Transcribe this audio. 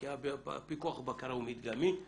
כי הפיקוח והבקרה הוא מדגמי,